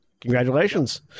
congratulations